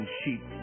sheep